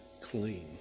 clean